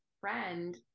friend